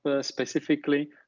specifically